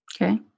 Okay